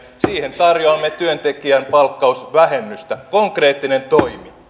siihen tarjoamme työntekijän palkkausvähennystä konkreettinen toimi